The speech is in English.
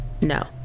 No